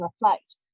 reflect